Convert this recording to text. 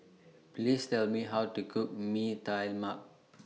Please Tell Me How to Cook Mee Tai Mak